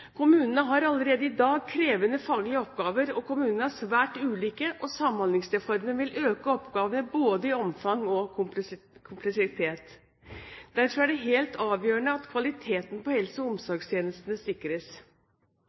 Kommunene har allerede i dag krevende faglige oppgaver, kommunene er svært ulike, og Samhandlingsreformen vil øke oppgavene både i omfang og kompleksitet. Derfor er det helt avgjørende at kvaliteten på helse- og omsorgstjenestene sikres.